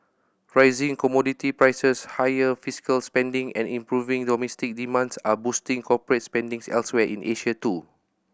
rising commodity prices higher fiscal spending and improving domestic demand are boosting corporate spending elsewhere in Asia too